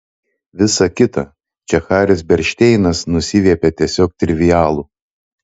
visa kita čia haris bernšteinas nusiviepė tiesiog trivialu